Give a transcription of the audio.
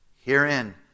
Herein